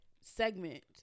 segment